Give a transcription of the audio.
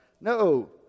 No